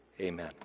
Amen